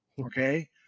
okay